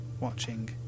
watching